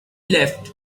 left